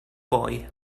boy